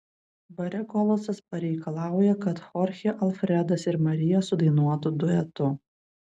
bare kolosas pareikalauja kad chorchė alfredas ir marija sudainuotų duetu